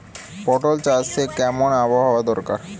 পটল চাষে কেমন আবহাওয়া দরকার?